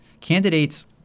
Candidates